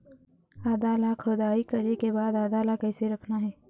आदा ला खोदाई करे के बाद आदा ला कैसे रखना हे?